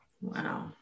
Wow